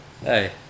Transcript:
Hey